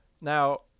now